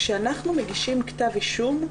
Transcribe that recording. כשאנחנו מגישים כתב אישום,